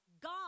God